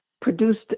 produced